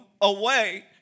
away